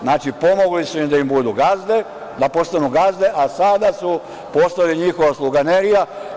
Znači, pomogli su im da postanu gazde, a sada su postali njihova sluganerija.